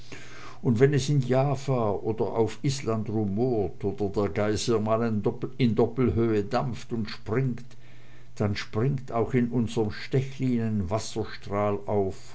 und wenn es in java oder auf island rumort oder der geiser mal in doppelhöhe dampft und springt dann springt auch in unserm stechlin ein wasserstrahl auf